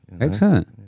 excellent